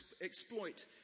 exploit